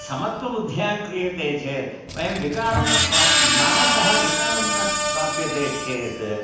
समत्वबुद्ध्या क्रियते चेत् वयं विकारं न प्राप् मनसः विकारं न प्राप्यते चेत्